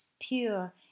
pure